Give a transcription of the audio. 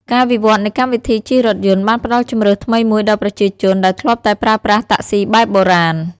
ការវិវត្តនៃកម្មវិធីជិះរថយន្តបានផ្តល់ជម្រើសថ្មីមួយដល់ប្រជាជនដែលធ្លាប់តែប្រើប្រាស់តាក់ស៊ីបែបបុរាណ។